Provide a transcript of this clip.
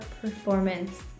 performance